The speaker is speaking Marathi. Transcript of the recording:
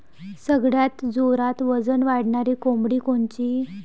सगळ्यात जोरात वजन वाढणारी कोंबडी कोनची?